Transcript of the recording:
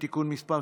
החוצה.